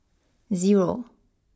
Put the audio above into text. zero